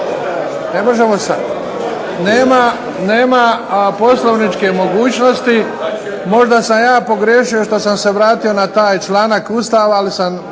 Ne možemo sad. Nema poslovničke mogućnosti, možda sam ja pogriješio što sam se vratio na taj članak Ustava, ali sam